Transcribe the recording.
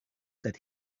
that